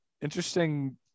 interesting